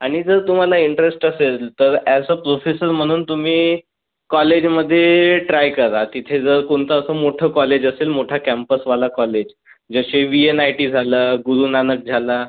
आणि जर तुम्हाला इंटरेस्ट असेल तर अॅज अ प्रोफेसर म्हणून तुम्ही कॉलेजमध्ये ट्राय करा तिथे जर कोणतं असं मोठं कॉलेज असेल मोठा कॅम्पसवाला कॉलेज जसे व्ही एन आय टी झालं गुरुनानक झाला